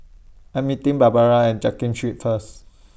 I'm meeting Barbara At Jiak Kim Street First